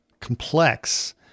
complex